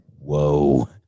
whoa